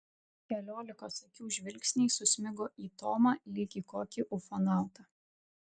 keliolikos akių žvilgsniai susmigo į tomą lyg į kokį ufonautą